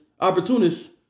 opportunist